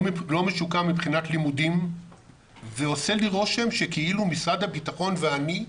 לא משוקם מבחינת לימודים ועושה לי רושם שכאילו משרד הביטחון ואני,